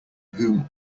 whom